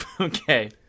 Okay